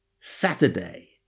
Saturday